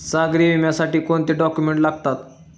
सागरी विम्यासाठी कोणते डॉक्युमेंट्स लागतात?